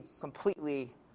completely